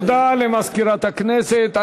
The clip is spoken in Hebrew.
תודה למזכירת הכנסת.